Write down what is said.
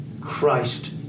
Christ